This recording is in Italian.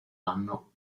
anno